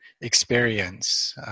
experience